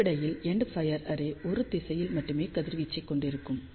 அடிப்படையில் end fire array ஒரு திசையில் மட்டுமே கதிர்வீச்சைக் கொண்டிருக்கும்